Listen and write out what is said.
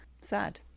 sad